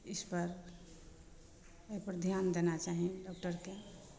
इसपर एहिपर ध्यान देना चाही डॉक्टरके